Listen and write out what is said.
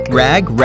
rag